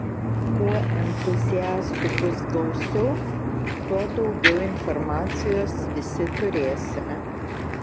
kuo entuziastų bus gausiau tuo daugiau informacijos visi turėsime